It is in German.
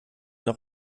noch